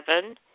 seven